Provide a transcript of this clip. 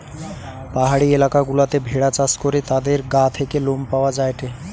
পাহাড়ি এলাকা গুলাতে ভেড়া চাষ করে তাদের গা থেকে লোম পাওয়া যায়টে